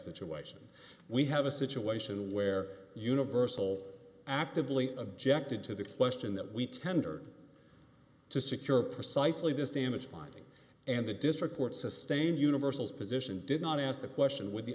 situation we have a situation where universal actively objected to the question that we tendered to secure precisely this damage bonding and the district court sustained universal's position did not ask the question w